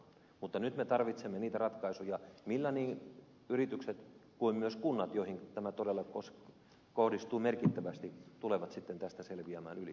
mutta nyt me tarvitsemme niitä ratkaisuja millä niin yritykset kuin myös kunnat joihin tämä todella kohdistuu merkittävästi tulevat sitten tästä selviämään yli